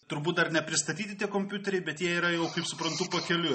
turbūt dar nepristatyti tie kompiuteriai bet jie yra jau kaip suprantu pakeliui